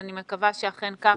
אני מקווה שאכן כך